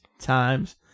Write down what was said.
times